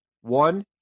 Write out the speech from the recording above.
one